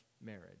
marriage